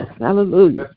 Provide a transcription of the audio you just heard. Hallelujah